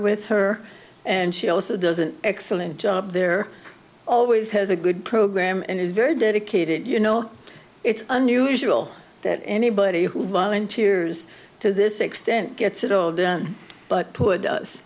with her and she also does an excellent job there always has a good program and is very dedicated you know it's unusual that anybody who volunteers to this extent gets it all but put